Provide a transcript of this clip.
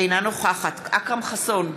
אינה נוכחת אכרם חסון,